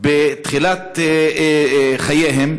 בתחילת חייהם.